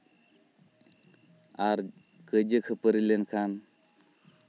ᱟᱨ ᱠᱟᱹᱭᱡᱟᱹ ᱠᱷᱟᱹᱯᱟᱹᱨᱤ ᱞᱮᱱᱠᱷᱟᱱ